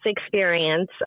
experience